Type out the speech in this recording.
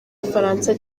bufaransa